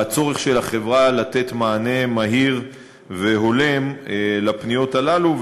בצורך של החברה לתת מענה מהיר והולם לפניות הללו.